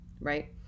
right